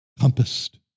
compassed